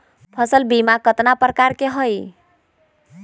फसल बीमा कतना प्रकार के हई?